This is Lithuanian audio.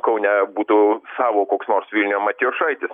kaune būtų savo koks nors vilnio matijošaitis